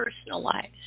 personalized